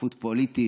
שותפות פוליטית,